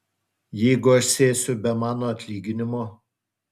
jeigu aš sėsiu be mano atlyginimo